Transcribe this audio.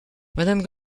madame